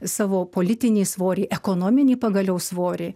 savo politinį svorį ekonominį pagaliau svorį